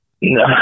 no